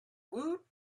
woot